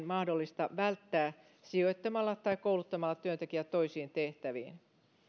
mahdollista välttää sijoittamalla tai kouluttamalla työntekijä toisiin tehtäviin